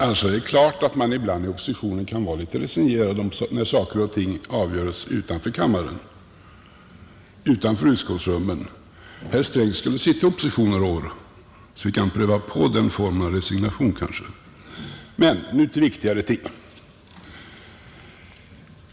Annars är det klart att man i oppositionen ibland kan vara litet resignerad när saker och ting avgörs utanför kammaren och utanför utskottsrummen. Herr Sträng borde sitta i opposition i några år, så fick han kanske pröva på den formen av resignation. Men nu till viktigare ting!